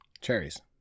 Cherries